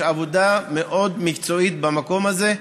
יש עבודה מאוד מקצועית במקום הזה,